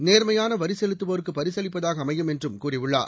நேர்மையானவரிசெலுத்துவோருக்குபரிசளிப்பதாகஅமையும் என்றும் கூறியுள்ளார்